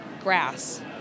grass